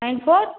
nine four